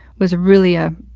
was really, ah,